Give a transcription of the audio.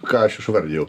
ką aš išvardijau